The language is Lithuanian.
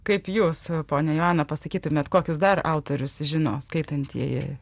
kaip jūs ponia joana pasakytumėt kokius dar autorius žino skaitantieji